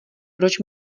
proč